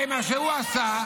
אבל מה עם להתגייס?